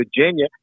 Virginia